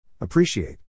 Appreciate